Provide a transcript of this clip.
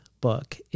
book